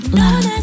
love